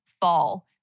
fall